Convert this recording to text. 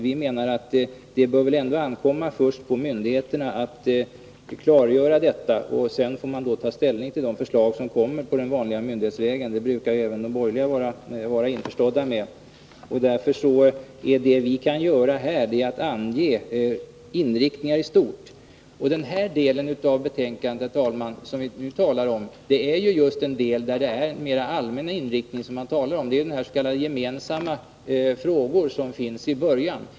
Vi anser att det måste ankomma på myndigheterna att först klargöra detta. Sedan får man ta ställning till de förslag som kommer på den vanliga myndighetsvägen. Det brukar även de borgerliga vara införstådda med. Vad vi kan göra här är att ange inriktningar i stort. Den del av betänkandet som vi nu talar om gäller den allmänna inriktningen, s.k. gemensamma frågor som behandlas i början.